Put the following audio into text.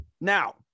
now